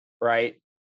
right